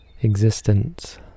existence